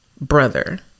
brother